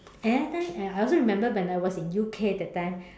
I never tell you I also remember when I was at U_K that time